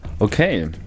Okay